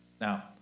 Now